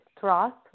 trust